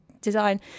design